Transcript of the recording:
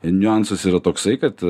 niuansas yra toksai kad